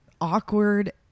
awkward